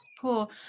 cool